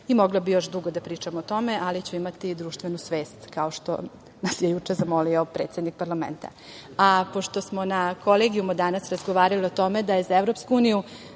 Srbiji. Mogla bi još dugo da pričam o tome, ali ću imati društvenu svest, kao što nas je juče zamolio predsednik parlamenta. Pošto smo na kolegijumu danas razgovarali o tome da je za EU značajno